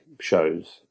shows